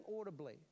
audibly